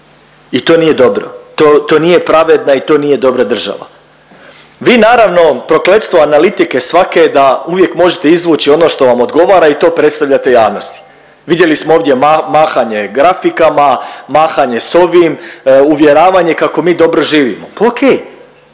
I to nije dobro, to nije pravedna i to nije dobra država. Vi naravno prokletstvo analitike svake je da uvijek možete izvući ono što vam odgovara i to predstavljate javnosti. Vidjeli smo ovdje mahanje grafikama, mahanje s ovim, uvjeravanje kako mi dobro živimo, pa